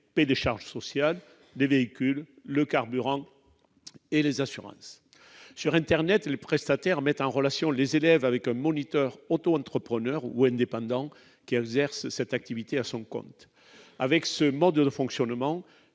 paient des charges sociales, les véhicules, le carburant et les assurances. Sur internet, les prestataires mettent en relation les élèves avec un moniteur auto-entrepreneur ou indépendant qui exerce à son compte. Avec ce mode de fonctionnement,